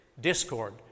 discord